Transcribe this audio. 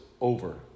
over